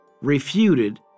refuted